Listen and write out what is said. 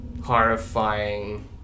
horrifying